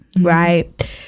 Right